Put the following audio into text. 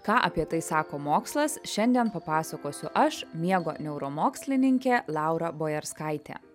ką apie tai sako mokslas šiandien papasakosiu aš miego neuromokslininkė laura bojarskaitė